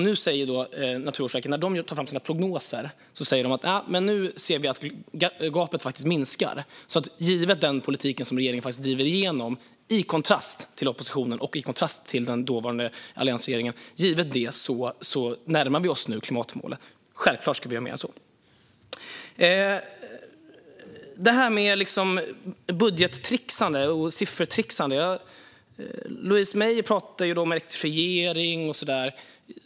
När Naturvårdsverket nu tar fram sina prognoser säger de att de ser att gapet minskar. Givet den politik som regeringen driver igenom, i kontrast till oppositionen och till den dåvarande alliansregeringen, närmar vi oss klimatmålen nu, men självklart ska vi göra mer än så. När det gäller budgettrixande och siffertrixande pratade Louise Meijer om elektrifiering och sådant.